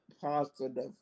positive